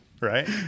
Right